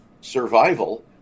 survival